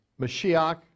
Mashiach